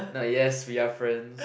nah yes we are friends